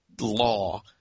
law